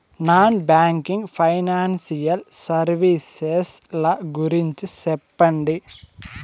Non banking financial services ల గురించి సెప్పండి?